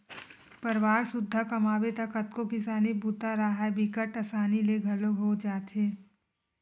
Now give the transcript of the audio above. परवार सुद्धा कमाबे त कतको किसानी बूता राहय बिकट असानी ले घलोक हो जाथे